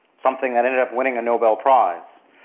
something that ended up winning a nobel prize.